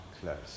close